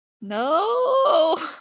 No